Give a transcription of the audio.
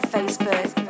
Facebook